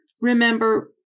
Remember